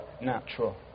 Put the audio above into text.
natural